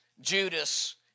Judas